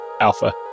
Alpha